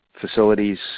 facilities